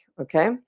okay